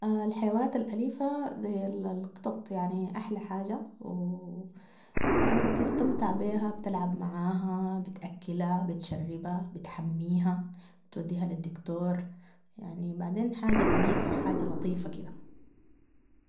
- الحيوانات الأليفة ذي القطط يعني أحلى حاجة و يعني بتستمتع بيها وبتلعب معاها بتأكلها وبتشربها وبتحميها وبتوديها للدكتور يعني بعدين حاجة أليفة حاجة لطيفة كده